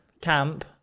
camp